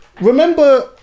Remember